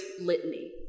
Litany